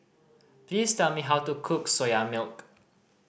please tell me how to cook Soya Milk